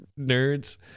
nerds